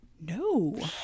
No